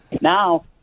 Now